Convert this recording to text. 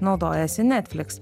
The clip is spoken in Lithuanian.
naudojasi netfliks